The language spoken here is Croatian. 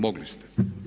Mogli ste.